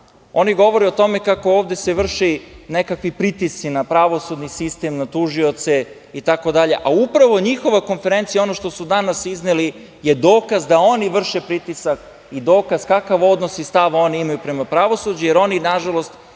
Oni govore tome kako se ovde vrše nekakvi pritisci na pravosudni sistem, na tužioce, itd. Upravo njihova konferencija, ono što su danas izneli je dokaz da oni vrše pritisak i dokaz kakav odnos i stav oni imaju prema pravosuđu, jer oni, nažalost